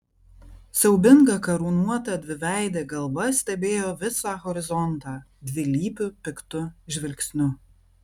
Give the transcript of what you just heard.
siaubinga karūnuota dviveidė galva stebėjo visą horizontą dvilypiu piktu žvilgsniu